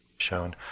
shown.